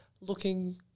looking